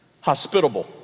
Hospitable